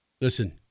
Listen